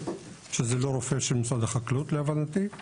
שזה לא רופא של משרד החקלאות להבנתי,